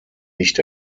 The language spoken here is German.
nicht